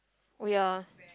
oh ya